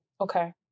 Okay